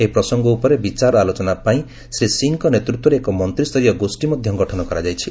ଏହି ପ୍ରସଙ୍ଗ ଉପରେ ବିଚାର ଆଲୋଚନା ପାଇଁ ଶ୍ରୀ ସିଂଙ୍କ ନେତୃତ୍ୱରେ ଏକ ମନ୍ତ୍ରୀୟ ଗୋଷ୍ଠୀ ମଧ୍ୟ ଗଠନ କରାଯାଇଛି